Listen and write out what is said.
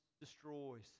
destroys